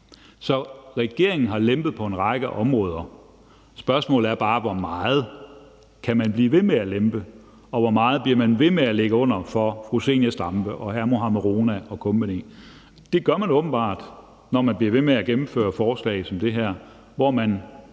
Så regeringen har lempet på en række områder. Spørgsmålet er bare, hvor meget man kan blive ved med at lempe, og hvor meget man bliver ved med at ligge under for fru Zenia Stampe og hr. Mohammad Rona og kompagni. Det gør man åbenbart, når man bliver ved med at gennemføre forslag som det her, hvor man